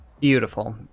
Beautiful